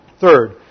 third